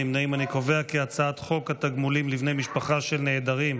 חוק התגמולים לבני משפחה של נעדרים,